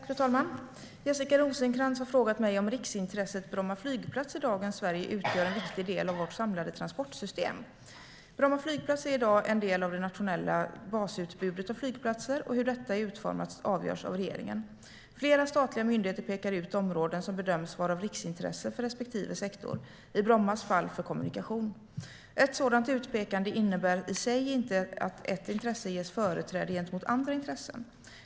Fru talman! Jessica Rosencrantz har frågat mig om riksintresset Bromma flygplats utgör en viktig del av vårt samlade transportsystem i dagens Sverige. Bromma flygplats är i dag en del av det nationella basutbudet av flygplatser, och hur detta är utformat avgörs av regeringen. Flera statliga myndigheter pekar ut områden som bedöms vara av riksintresse för respektive sektor, i Brommas fall för kommunikation. Ett sådant utpekande i sig innebär inte att ett intresse getts företräde gentemot andra intressen.